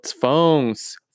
phones